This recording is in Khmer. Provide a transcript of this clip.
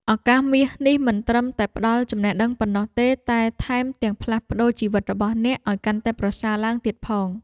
ឱកាសមាសនេះមិនត្រឹមតែផ្តល់ចំណេះដឹងប៉ុណ្ណោះទេតែថែមទាំងផ្លាស់ប្តូរជីវិតរបស់អ្នកឱ្យកាន់តែប្រសើរឡើងទៀតផង។